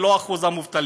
ולא מה אחוז המובטלים,